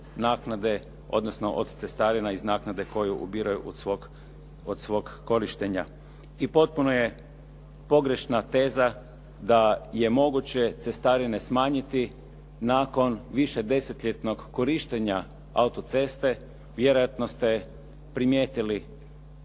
odnosno od cestarina iz naknade koju ubiru od svog korištenja. I potpuno je pogrešna teza da je moguće cestarine smanjiti nakon više desetljetnog korištenja auto-ceste. Vjerojatno ste primijetili